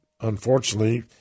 unfortunately